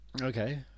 Okay